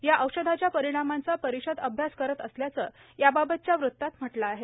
या औषधाच्या परिणामांचा परिषद अभ्यास करत असल्याचं याबाबतच्या वृतात म्हटलं आहे